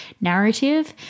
narrative